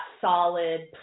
solid